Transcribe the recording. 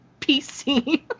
PC